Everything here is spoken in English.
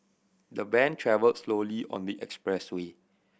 the van travelled slowly on the expressway